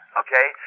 okay